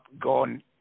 gone